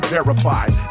Verified